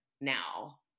now